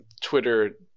Twitter